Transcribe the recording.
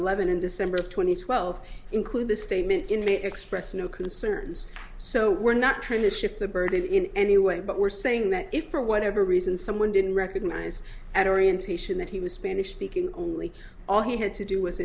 eleven in december of two thousand and twelve include the statement in may express no concerns so we're not trying to shift the burden in any way but we're saying that if for whatever reason someone didn't recognize at orientation that he was spanish speaking only all he had to do w